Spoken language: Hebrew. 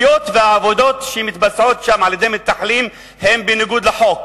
היות שהעבודות שמתבצעות שם על-ידי מתנחלים הן בניגוד לחוק.